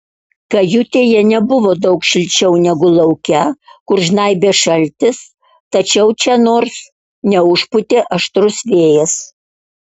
kajutėje nebuvo daug šilčiau negu lauke kur žnaibė šaltis tačiau čia nors neužpūtė aštrus vėjas